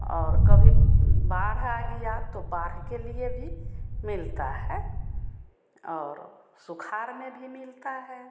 और कभी बाढ़ आ गई तो बाढ़ के लिए भी मिलता है और सुखाड़ में भी मिलता है